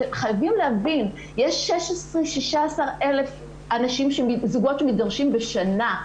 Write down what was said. אתם חייבים להבין, יש 16,000 זוגות שמתגרשים בשנה.